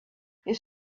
his